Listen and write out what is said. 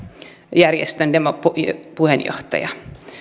järjestön puheenjohtaja